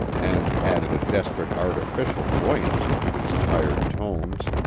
and added a desperate artificial buoyancy to his tired tones